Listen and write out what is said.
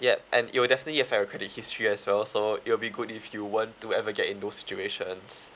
yup and it will definitely affect your credit history as well so it will be good if you won't to ever get in those situations